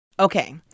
Okay